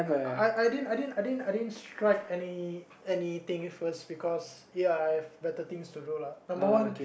I I didn't I didn't I didn't I didn't strike any anything first because ya I have better things to do lah number one